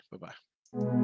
Bye-bye